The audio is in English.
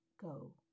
go